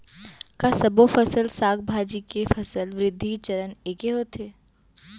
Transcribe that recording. का सबो फसल, साग भाजी के फसल वृद्धि चरण ऐके होथे?